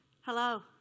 hello